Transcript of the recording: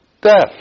death